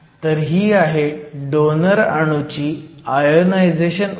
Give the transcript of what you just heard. तर ही आहे डोनर अणूची आयोनायझेशन ऊर्जा